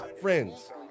friends